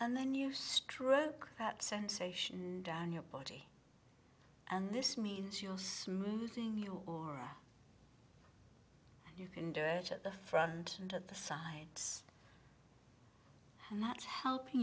and then you stroke that sensation down your body and this means you're smoothing your or you can do it at the front and at the sides and that's helping